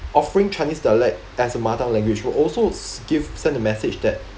offering chinese dialect as a mother language will also s~ give send the message that